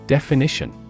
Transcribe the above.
Definition